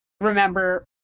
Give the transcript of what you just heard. Remember